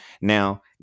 Now